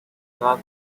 not